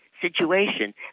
situation